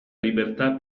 libertà